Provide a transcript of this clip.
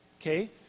okay